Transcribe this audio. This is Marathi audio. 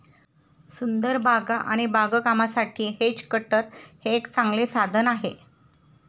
सुंदर बागा आणि बागकामासाठी हेज कटर हे एक चांगले साधन आहे